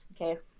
okay